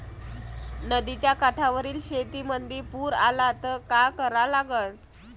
नदीच्या काठावरील शेतीमंदी पूर आला त का करा लागन?